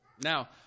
Now